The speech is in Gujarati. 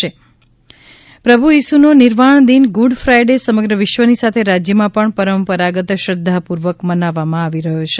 ે પ્રભુ ઇસુનો નિર્વાણ દિન ગુડફાઇડે સમગ્ર વિશ્વની સાથે રાજ્યમાં પણ પરંપરાગત શ્રદ્ધાપૂર્વક મનાવવામાં આવી રહ્યો છે